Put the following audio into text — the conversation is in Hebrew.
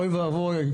אוי ואבוי,